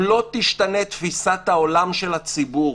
אם לא תשתנה תפיסת העולם של הציבור